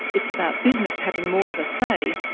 it's about business having more of a say,